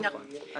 נכון.